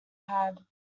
had